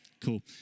Cool